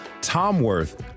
Tomworth